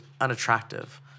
unattractive